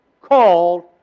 called